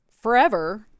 forever